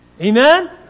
Amen